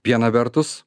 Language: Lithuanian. viena vertus